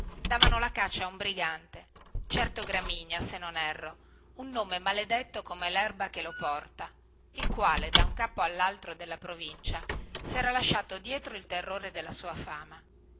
davano la caccia a un brigante certo gramigna se non erro un nome maledetto come lerba che lo porta il quale da un capo allaltro della provincia sera lasciato dietro il terrore della sua fama